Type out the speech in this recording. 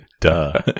Duh